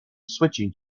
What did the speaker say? switching